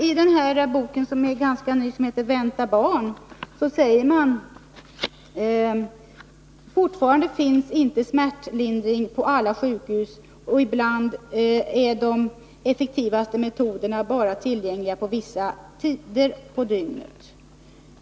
I den ganska nya boken Vänta barn säger socialstyrelsen: ”Fortfarande finns inte alla smärtlindringsmetoder på alla sjukhus och ibland är de effektivaste metoderna bara tillgängliga vissa tider på dygnet.